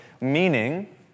meaning